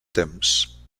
temps